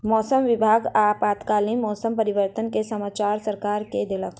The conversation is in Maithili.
मौसम विभाग आपातकालीन मौसम परिवर्तन के समाचार सरकार के देलक